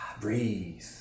breathe